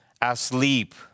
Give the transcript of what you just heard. asleep